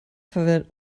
verwendet